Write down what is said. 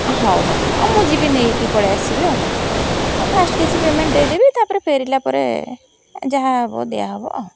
ହଉ ହଉ ଆଉ ମୁଁ ଯିବି ନେଇକି ପଳାଇ ଆସିବି ଆଉ ଫାଷ୍ଟ୍ କିଛି ପେମେଣ୍ଟ୍ ଦେଇଦେବି ତା'ପରେ ଫେରିଲା ପରେ ଯାହା ହେବ ଦିଆହେବ ଆଉ